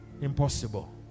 Impossible